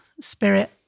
spirit